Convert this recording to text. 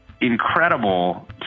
incredible